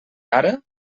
ara